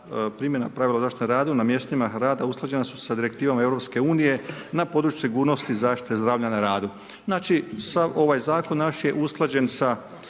primjena pravila zaštite na radu na mjestima rada usklađena su sa direktivama Europske unije na području sigurnosti zaštite zdravlja na radu. Znači sav ovaj zakon naš je usklađen sa